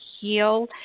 heal